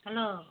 hello